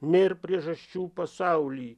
nėr priežasčių pasauly